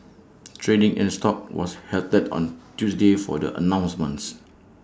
trading in stock was halted on Tuesday for the announcements